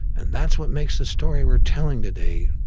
and that's what makes the story we're telling today,